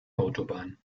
autobahn